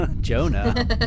Jonah